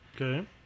Okay